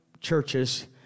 churches